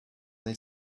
they